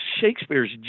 Shakespeare's